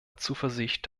zuversicht